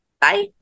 Bye